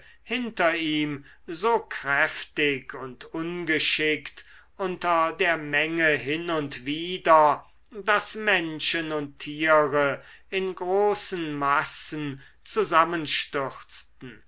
hinter ihm so kräftig und ungeschickt unter der menge hin und wider daß menschen und tiere in großen massen zusammenstürzten